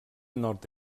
nord